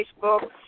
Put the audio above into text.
Facebook